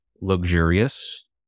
luxurious